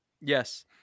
yes